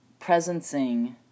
presencing